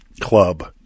Club